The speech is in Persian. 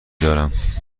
دارم